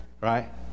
Right